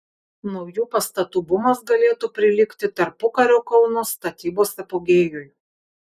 naujų pastatų bumas galėtų prilygti tarpukario kauno statybos apogėjui